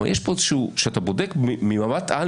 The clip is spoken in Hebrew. כשאתה בודק ממבט על,